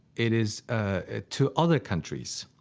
it is. ah to other countries,